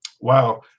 wow